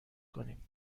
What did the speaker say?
کنیم